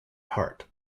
heart